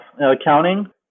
Accounting